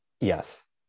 Yes